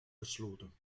gesloten